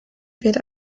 wird